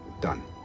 Done